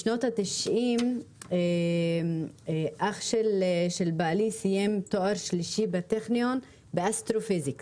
בשנות התשעים אח של בעלי סיים תואר שלישי בטכניון באסטרופיזיקה.